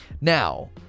Now